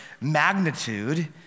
magnitude